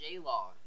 J-Law